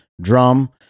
drum